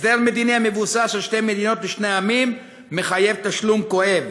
הסדר מדיני המבוסס על שתי מדינות לשני עמים מחייב תשלום כואב,